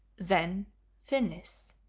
then finis!